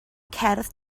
cerdd